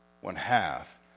One-half